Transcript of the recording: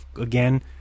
again